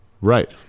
right